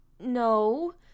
No